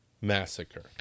Massacre